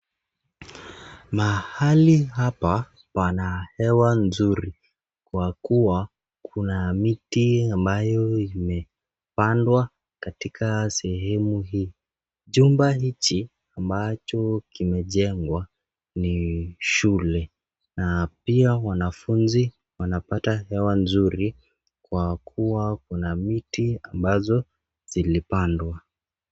Mahali hapa pana hewa nzuri kwa kuwa kuna miti ambayo imepandwa katika sehemu hii, jumba hichi ambacho kimejengwa ni shule na pia wanafunzi wanapata hewa nzuri kwa kuwa kuna miti ambazo zilipandwa.